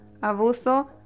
abuso